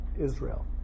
Israel